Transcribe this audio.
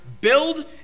build